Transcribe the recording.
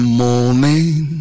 morning